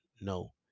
No